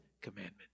commandment